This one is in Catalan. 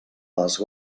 les